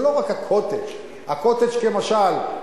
זה לא רק ה"קוטג'"; ה"קוטג'" כמשל,